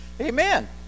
Amen